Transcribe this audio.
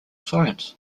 science